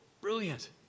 brilliant